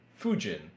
Fujin